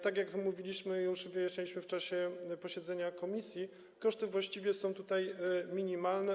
Tak jak już mówiliśmy, wyjaśnialiśmy w czasie posiedzenia komisji, koszty właściwie są tutaj minimalne.